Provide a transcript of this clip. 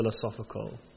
philosophical